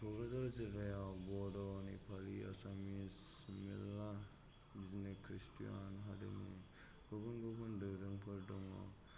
क'क्राझार जिल्लायाव बर' नेपालि आसामिस मेल्ला बिदिनो खृष्टान हारिमु गुबुन गुबुन दोरोमफोर दङ